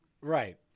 Right